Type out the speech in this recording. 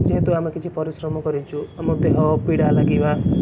ଯେହେତୁ ଆମେ କିଛି ପରିଶ୍ରମ କରିଛୁ ଆମ ଦେହ ପୀଡ଼ା ଲାଗିବା